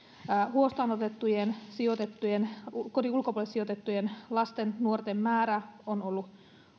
huostaan otettujen kodin ulkopuolelle sijoitettujen lasten nuorten määrä on ollut